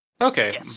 okay